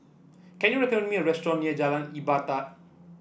can you recommend me a restaurant near Jalan Ibadat